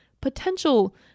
potential